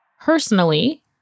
Personally